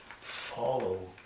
follow